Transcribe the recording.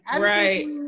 Right